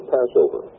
Passover